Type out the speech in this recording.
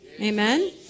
amen